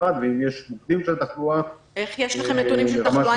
ואם יש -- איך יש לכם נתונים של תחלואה